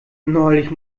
neulich